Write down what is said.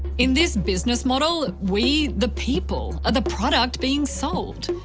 in this business model, we, the people, are the product being sold.